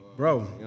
Bro